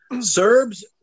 serbs